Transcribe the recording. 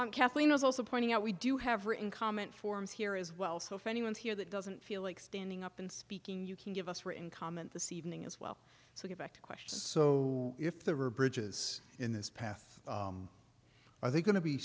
i'm kathleen was also pointing out we do have are in common forms here as well so if anyone's here that doesn't feel like standing up and speaking you can give us written comment the c evening as well so get back to questions so if there were bridges in this path are they going to be